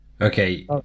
Okay